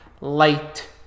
light